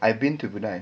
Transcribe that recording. I've been to brunei